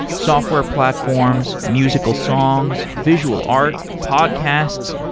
software platforms, musical songs, virtual art, podcasts,